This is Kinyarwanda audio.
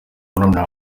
murumuna